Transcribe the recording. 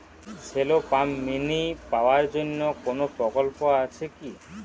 Shallow pump mini power জন্য কোনো প্রকল্প আছে কি?